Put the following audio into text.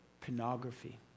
pornography